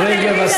רגע,